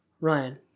Ryan